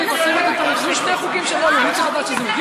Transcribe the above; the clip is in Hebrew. היושב-ראש החליט, די.